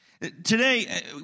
Today